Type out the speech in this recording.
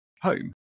home